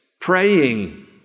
Praying